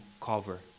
cover